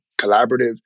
collaborative